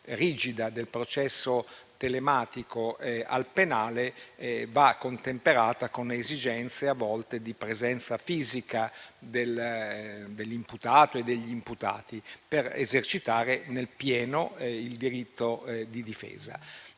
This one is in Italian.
rigida del processo telematico al penale va contemperata con le esigenze, a volte, di presenza fisica dell'imputato o degli imputati, per esercitare nel pieno il diritto di difesa.